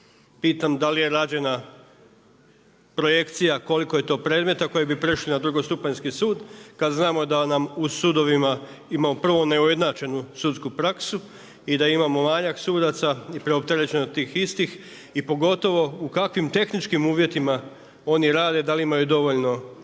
Pitam, da li je rađena projekcija, koliko je to predmeta koji bi prešli na drugostupanjski sud, kad znamo da nam u sudovima, imamo prvo neujednačenu sudsku praksu i da imamo manjak sudaca i preopterećeno tih istih i pogotovo u kakvim tehničkim uvjetima oni rade, da li imaj dovoljno ureda,